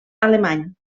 alemany